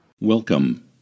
Welcome